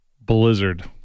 Blizzard